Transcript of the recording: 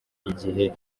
igihe